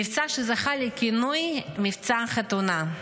מבצע שזכה לכינוי "מבצע חתונה".